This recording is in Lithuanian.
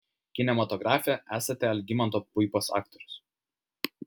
kinematografe esate algimanto puipos aktorius